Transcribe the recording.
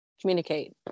communicate